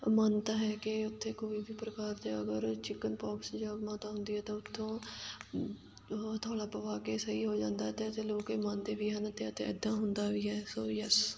ਮਾਨਤਾ ਹੈ ਕਿ ਉੱਥੇ ਕੋਈ ਵੀ ਪ੍ਰਕਾਰ ਦੇ ਅਗਰ ਚਿਕਨਪੋਕਸ ਜਾਂ ਮਾਤਾ ਹੁੰਦੀ ਹੈ ਤਾਂ ਉੱਥੋਂ ਹਥੋਲਾ ਪਵਾ ਕੇ ਸਹੀ ਹੋ ਜਾਂਦਾ ਅਤੇ ਲੋਕ ਇਹ ਮੰਨਦੇ ਵੀ ਹਨ ਅਤੇ ਇੱਦਾਂ ਹੁੰਦਾ ਵੀ ਹੈ ਸੋ ਯੈੱਸ